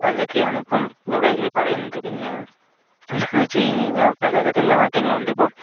അതൊക്കെയാണ് ഇപ്പോൾ ഇവിടെ പറയുന്നത് പിന്നെ എന്താണെന്ന് വെച്ചുകഴിഞ്ഞാൽ പലതരത്തിലുള്ള മാറ്റങ്ങളും ഉണ്ട് ഇപ്പം